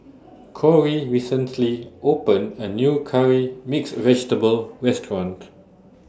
Corey recently opened A New Curry Mixed Vegetable Restaurant